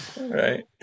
Right